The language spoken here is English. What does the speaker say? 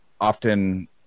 often